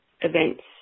events